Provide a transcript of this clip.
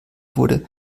wurde